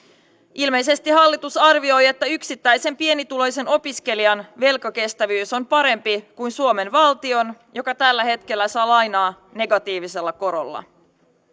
ilmeisesti hallitus arvioi että yksittäisen pienituloisen opiskelijan velkakestävyys on parempi kuin suomen valtion joka tällä hetkellä saa lainaa negatiivisella korolla